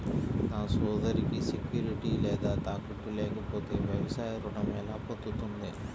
నా సోదరికి సెక్యూరిటీ లేదా తాకట్టు లేకపోతే వ్యవసాయ రుణం ఎలా పొందుతుంది?